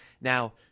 Now